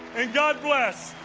and god bless!